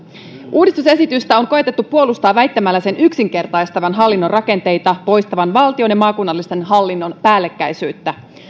uudistusesitystä on koetettu puolustaa väittämällä sen yksinkertaistavan hallinnon rakenteita ja poistavan valtion ja maakunnallisen hallinnon päällekkäisyyttä